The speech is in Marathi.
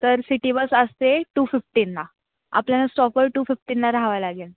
तर सिटी बस असते टू फिफ्टीनला आपल्याला स्टॉपवर टू फिफ्टीनला राहावं लागेल